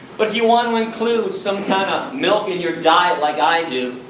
but if you want to include some kind of milk in your diet like i do,